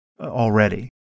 already